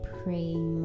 praying